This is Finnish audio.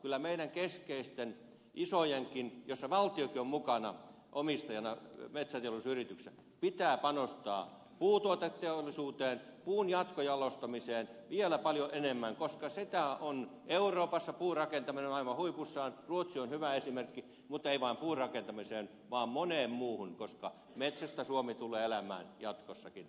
kyllä meidän keskeisten isojenkin metsäteollisuusyritysten joissa valtiokin on mukana omistajana pitää panostaa puutuoteteollisuuteen puun jatkojalostamiseen vielä paljon enemmän euroopassa puurakentaminen on maailman huipussaan ruotsi on hyvä esimerkki mutta ei vain puurakentamiseen vaan moneen muuhun koska metsästä suomi tulee elämään jatkossakin toivottavasti